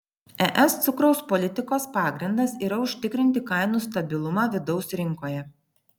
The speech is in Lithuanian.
es cukraus politikos pagrindas yra užtikrinti kainų stabilumą vidaus rinkoje